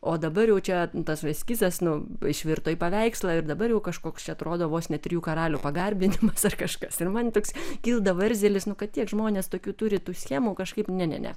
o dabar jau čia tas eskizas nu išvirto į paveikslą ir dabar jau kažkoks čia atrodo vos ne trijų karalių pagarbinimas aš kažkas ir man toks kildavo erzelis nu kad tie žmonės tokių turi tų schemų kažkaip ne ne ns